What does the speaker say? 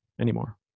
anymore